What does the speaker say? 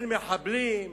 אין מחבלים,